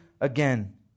again